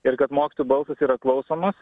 ir kad mokytojų balsas yra klausomas